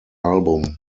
album